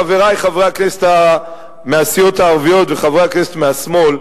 חברי חברי הכנסת מהסיעות הערביות וחברי הכנסת מהשמאל,